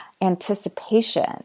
anticipation